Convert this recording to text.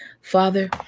Father